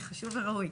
זה חשוב וראוי.